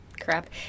crap